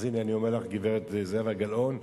אז הנה, אני אומר לך, גברת זהבה גלאון,